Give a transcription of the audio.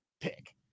pick